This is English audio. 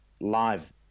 live